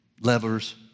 levers